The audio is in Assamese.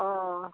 অ